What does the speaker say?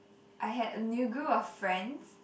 I had a new group of friends